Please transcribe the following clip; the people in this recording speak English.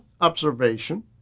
observation